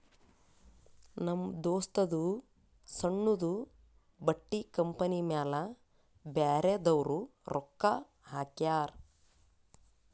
ನಮ್ ದೋಸ್ತದೂ ಸಣ್ಣುದು ಬಟ್ಟಿ ಕಂಪನಿ ಮ್ಯಾಲ ಬ್ಯಾರೆದವ್ರು ರೊಕ್ಕಾ ಹಾಕ್ಯಾರ್